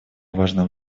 важного